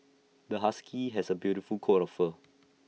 this husky has A beautiful coat of fur